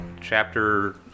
Chapter